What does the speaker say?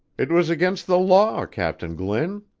it was against the law, captain glynn.